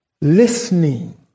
listening